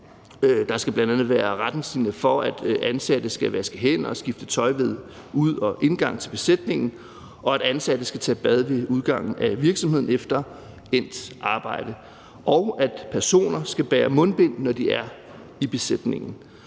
Der skal bl.a. være retningslinjer for, at de ansatte skal vaske hænder og skifte tøj ved ud- og indgangen til besætningen, og at de ansatte skal tage bad ved udgangen til virksomheden efter endt arbejde, og at personer skal bære mundbind, når de er i besætningen.